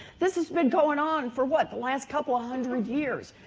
this has been going on for, what? the last couple of hundred years?